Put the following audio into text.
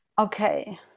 okay